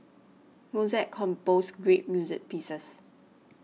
Mozart composed great music pieces